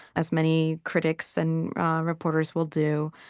as many critics and reporters will do.